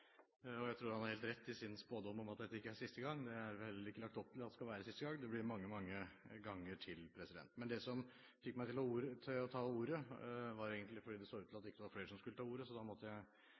og jeg tror han har helt rett i sin spådom om at dette ikke er siste gang vi behandler denne saken. Det er vel heller ikke lagt opp til at det skal være siste gang – det blir mange ganger til. Det som fikk meg til å ta ordet, var egentlig det at det ikke så ut til at flere skulle ta ordet, og da måtte jeg